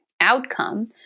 outcome